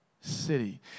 city